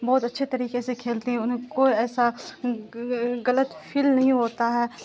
بہت اچھے طریقے سے کھیلتے ہیں ان کو ایسا غلط فیل نہیں ہوتا ہے